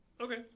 Okay